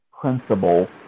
principle